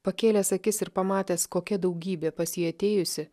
pakėlęs akis ir pamatęs kokia daugybė pas jį atėjusi